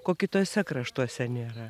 ko kituose kraštuose nėra